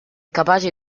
capace